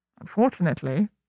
Unfortunately